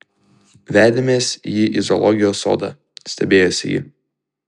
vedėmės jį į zoologijos sodą stebėjosi ji